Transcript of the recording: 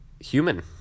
human